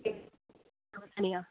hello